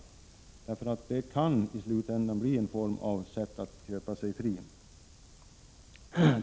Ekonomiska styrmedel kan i slutänden bli en form av att köpa sig fri.